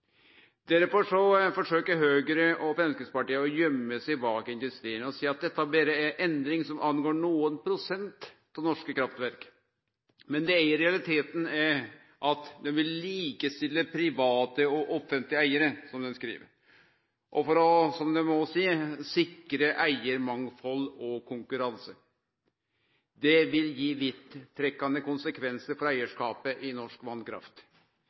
Derfor forsøker Høgre og Framstegspartiet å gøyme seg bak industrien og seier at dette er ei endring som angår berre nokre prosent av norske kraftverk. Men i realiteten vil dei «likestille private og offentlige eiere», som dei skriv, og – som dei òg seier – for å «sikre konkurranse og eiermangfold». Det vil gi vidtrekkande konsekvensar for eigarskapen i norsk